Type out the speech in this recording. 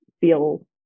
feel